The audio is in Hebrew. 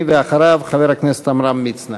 אחריו, חבר הכנסת עמרם מצנע.